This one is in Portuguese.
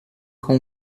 com